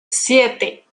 siete